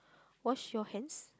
wash your hands